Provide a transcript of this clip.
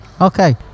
Okay